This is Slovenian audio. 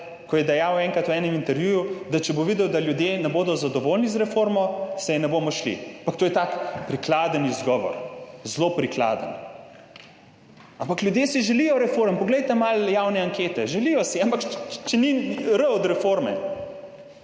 ko je dejal enkrat v enem intervjuju, da če bo videl, da ljudje ne bodo zadovoljni z reformo, se je ne bomo šli, ampak to je tak prikladen izgovor, zelo prikladen, ampak ljudje si želijo reform. Poglejte malo javne ankete, [ljudje] si jih želijo, ampak če ni r od reforme